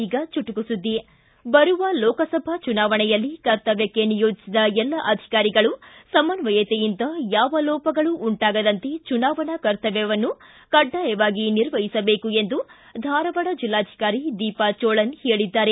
ಈಗ ಚುಟುಕು ಸುದ್ದಿ ಬರುವ ಲೋಕಸಭಾ ಚುನಾವಣೆಯಲ್ಲಿ ಕರ್ತವ್ಹಕ್ಕೆ ನಿಯೋಜಿಸಿದ ಎಲ್ಲ ಅಧಿಕಾರಿಗಳು ಸಮನ್ನಯತೆಯಿಂದ ಯಾವ ಲೋಪಗಳು ಉಂಟಾಗದಂತೆ ಚುನಾವಣಾ ಕರ್ತಮ್ಯವನ್ನು ಕಡ್ಡಾಯವಾಗಿ ನಿರ್ವಹಿಸಬೇಕು ಎಂದು ಧಾರವಾಡದ ಜಿಲ್ಲಾಧಿಕಾರಿ ದೀಪಾ ಚೋಳನ್ ಹೇಳಿದ್ದಾರೆ